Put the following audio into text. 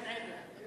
גן-עדן.